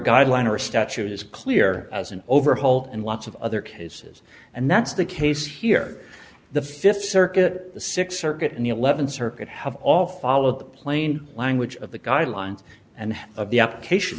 guideline or statute is clear as an overhaul and lots of other cases and that's the case here the fifth circuit six circuit and the eleventh circuit have all followed the plain language of the guidelines and of the application